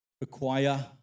require